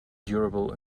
durable